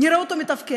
נראה אותו מתפקד,